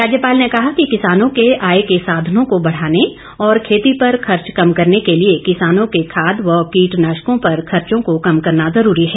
राज्यपाल ने कहा कि किसानों के आय के साधनों को बढ़ाने और खेती पर खर्च कम करने के लिए किसानों के खाद व कीटनाशकों पर खर्चों को कम करना जरूरी है